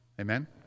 Amen